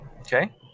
Okay